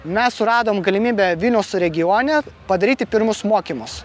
mes suradom galimybę vilniaus regione padaryti pirmus mokymus